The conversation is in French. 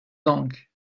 donc